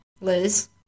Liz